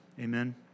Amen